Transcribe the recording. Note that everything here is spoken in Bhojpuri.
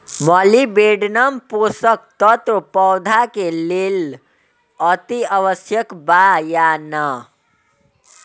मॉलिबेडनम पोषक तत्व पौधा के लेल अतिआवश्यक बा या न?